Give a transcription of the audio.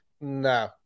No